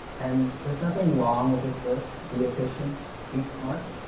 and there's nothing wrong with this list. be efficient. eat smart,